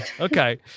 Okay